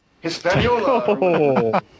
Hispaniola